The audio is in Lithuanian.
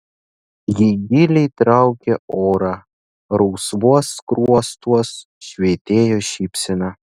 ji giliai traukė orą rausvuos skruostuos švytėjo šypsena